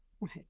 Right